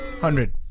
Hundred